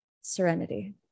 serenity